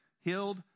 healed